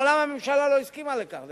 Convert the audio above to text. מעולם לא הסכימה הממשלה לכך,